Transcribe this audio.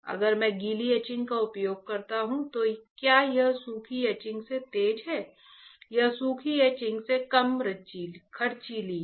अगर मैं गीली एचिंग का उपयोग करता हूँ तो क्या यह सूखी एचिंग से तेज है यह सूखी एचिंग से कम खर्चीली है